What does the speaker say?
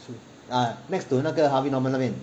ah next to 那个 harvey norman 那边